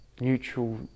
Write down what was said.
neutral